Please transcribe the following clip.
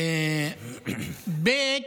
ב.